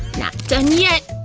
not done yet!